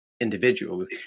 individuals